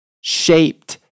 shaped